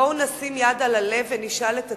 בואו נשים יד על הלב ונשאל את עצמנו: